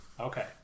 okay